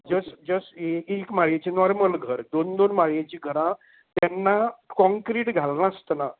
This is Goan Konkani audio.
जस जस एक एक माळेचे नॉर्मल घर दोन दोन माळयेचीं घरां तेन्ना काँक्रिट घालनासतना